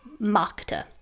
marketer